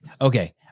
okay